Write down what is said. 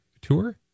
tour